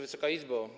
Wysoka Izbo!